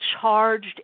charged